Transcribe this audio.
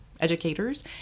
educators